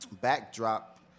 Backdrop